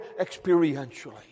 experientially